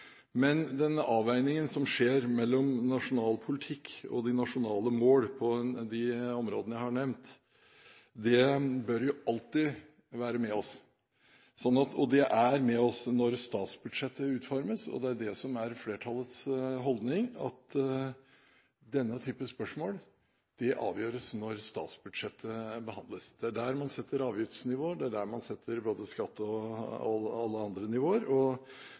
Men den avveiningen som skjer mellom nasjonal politikk og de nasjonale mål på de områdene jeg har nevnt, bør alltid være med oss – og den er med oss når statsbudsjettet utformes. Det som er flertallets holdning, er at denne typen spørsmål avgjøres når statsbudsjettet behandles. Det er der man setter avgiftsnivået, det er der man setter skattenivåer og alle andre nivåer.